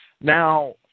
now